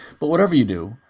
but whatever you do,